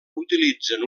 utilitzen